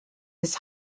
his